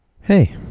Hey